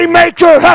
maker